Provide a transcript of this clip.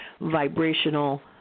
vibrational